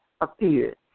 appeared